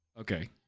Okay